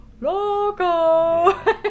Loco